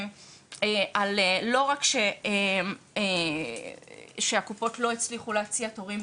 על לא רק שקופות לא הצליחו להציע תורים